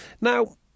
Now